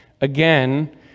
again